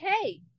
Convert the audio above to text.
Okay